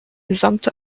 gesamte